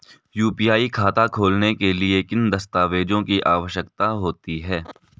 UPI खाता खोलने के लिए किन दस्तावेज़ों की आवश्यकता होती है?